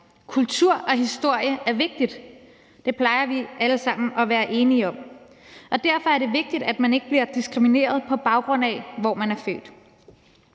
Kultur og historie er vigtigt – det plejer vi alle sammen at være enige om. Derfor er det vigtigt, at man ikke bliver diskrimineret, på baggrund af hvor man er født.